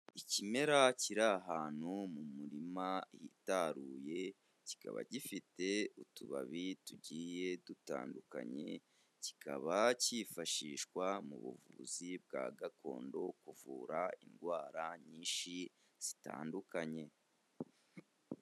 Ikimera kiri ahantu mu murima hitaruye kikaba gifite utubabi tugiye dutandukanye, kikaba cyifashishwa mu buvuzi bwa gakondo kuvura indwara nyinshi zitandukanye.